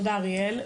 אוקיי, תודה, אריאל.